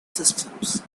systems